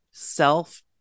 Self